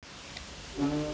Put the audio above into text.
um